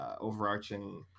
overarching